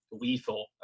lethal